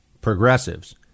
progressives